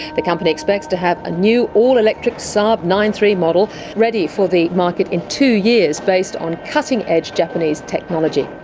the company expects to have a new all-electric saab nine three model ready for the market in two years based on cutting-edge japanese technology.